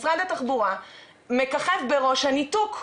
משרד התחבורה מככב בראש הניתוק.